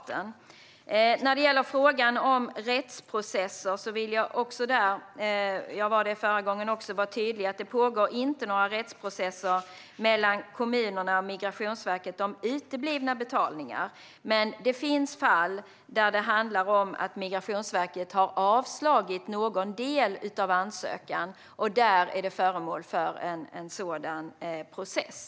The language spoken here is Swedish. Även när det gäller frågan om rättsprocesser vill jag vara tydlig - jag var det förra gången också: Det pågår inte några rättsprocesser mellan kommunerna och Migrationsverket om uteblivna betalningar. Men det finns fall där Migrationsverket har avslagit någon del av ansökan, och detta är föremål för en sådan process.